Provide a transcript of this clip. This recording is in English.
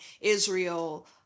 Israel